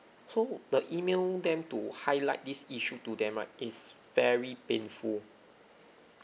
so the email them to highlight this issue to them right is very painful